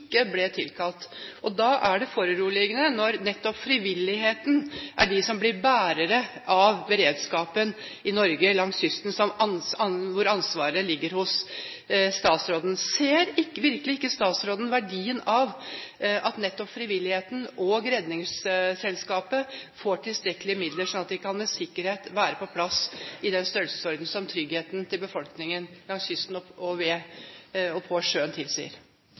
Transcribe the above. ble tilkalt. Da er det foruroligende at det nettopp er frivilligheten som blir bærer av beredskapen langs kysten i Norge, hvor ansvaret ligger hos statsråden. Ser virkelig ikke statsråden verdien av at nettopp frivilligheten og Redningsselskapet får tilstrekkelige midler, slik at de med sikkerhet kan være på plass i den størrelsesorden som tryggheten til befolkningen langs kysten og